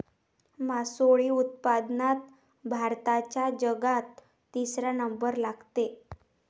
मासोळी उत्पादनात भारताचा जगात तिसरा नंबर लागते